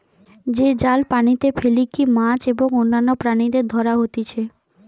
যে জাল পানিতে ফেলিকি মাছ এবং অন্যান্য প্রাণীদের ধরা হতিছে